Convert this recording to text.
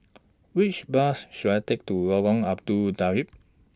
Which Bus should I Take to Lorong Abu Talib